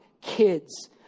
kids